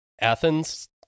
Athens